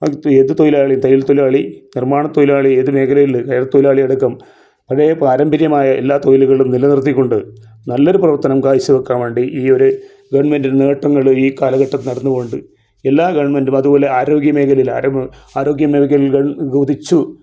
അത് ഏതു തൊഴിലാളി തയ്യൽ തൊഴിലാളി നിർമ്മാണ തൊഴിലാളി ഏത് മേഘലയില് കയർ തൊഴിലാളി അടക്കം അതേ പാരമ്പര്യമായ എല്ലാ തൊഴിലുകളും നിലനിർത്തിക്കൊണ്ട് നല്ലൊരു പ്രവർത്തനം കാഴ്ചവെക്കാൻ വേണ്ടി ഈ ഒരു ഗെവൺമൻട് നേട്ടങ്ങള് ഈ കാലഘട്ടം നടന്നു പോകുന്നുണ്ട് എല്ലാ ഗെവൺമെൻടും അതുപോലെ ആരോഗ്യ മേഘലയില് ആരോം ആരോഗ്യ മേഘലകൾ കൂതിച്ചു